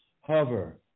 hover